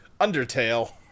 Undertale